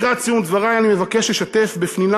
לקראת סיום דברי אני מבקש לשתף בפנינה